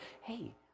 hey